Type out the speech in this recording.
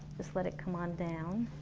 just let it come on down